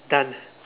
done